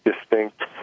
distinct